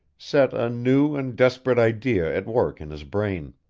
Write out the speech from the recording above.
set a new and desperate idea at work in his brain.